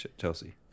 Chelsea